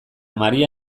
maria